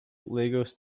lagos